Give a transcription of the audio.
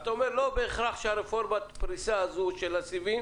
אתה אומר: לא בהכרח שרפורמת הפריסה הזו של הסיבים